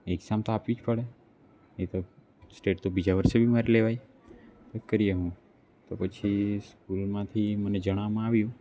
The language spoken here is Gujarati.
એક્ઝામ તો આપવી જ પડે એ તો સ્ટેટ તો બીજા વર્ષે બી મારી લેવાય કરીએ હું તો પછી સ્કૂલમાંથી મને જણાવવામાં આવ્યું